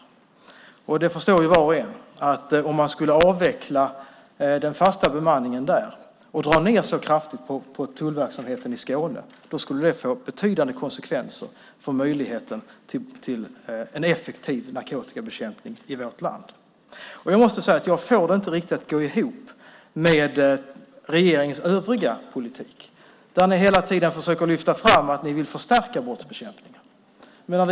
Var och en förstår att om man skulle avveckla den fasta bemanningen där och dra ned så kraftigt på tullverksamheten i Skåne skulle det få betydande konsekvenser för möjligheten till en effektiv narkotikabekämpning i vårt land. Jag måste säga att jag inte får det att riktigt gå ihop med regeringens övriga politik där ni hela tiden försöker lyfta fram att ni vill förstärka brottsbekämpningen.